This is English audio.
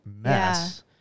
mess